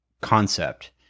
concept